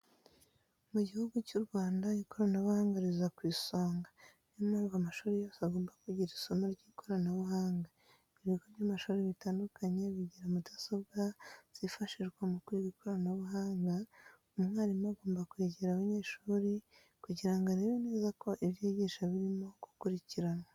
Mu gihugu cy'u Rwanda ikoranabuhanga riza ku isonga, niyo mpamvu amashuri yose agomba kugira isomo ry'ikoranabuhanga. Ibigo by'amashuri bitandukanye bigira mudasobwa zifashishwa mu kwiga ikoranabuhanga, umwarimu agomba kwegera abanyeshuri kugira ngo arebe neza ko ibyo yigisha birimo gukurikiranwa.